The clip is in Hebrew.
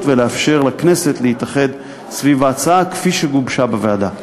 ולאפשר לכנסת להתאחד סביב ההצעה כפי שגובשה בוועדה.